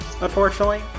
unfortunately